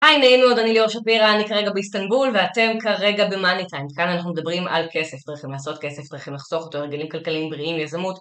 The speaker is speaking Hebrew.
היי נעים מאוד, אני ליאור שפירא, אני כרגע באיסטנבול ואתם כרגע במאני-טיים, כאן אנחנו מדברים על כסף, דרכים לעשות כסף, דרכים לחסוך אותו, הרגלים כלכליים בריאים, יזמות